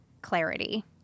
clarity